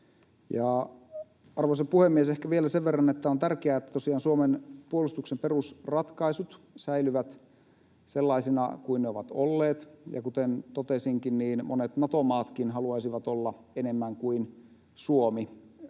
Arvoisa puhemies! Ehkä vielä sen verran, että on tärkeää, että tosiaan Suomen puolustuksen perusratkaisut säilyvät sellaisina kuin ne ovat olleet, ja kuten totesinkin, niin monet Nato-maatkin haluaisivat olla enemmän kuin Suomi.